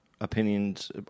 Opinions